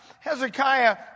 Hezekiah